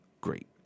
Great